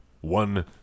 one